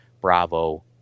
bravo